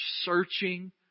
searching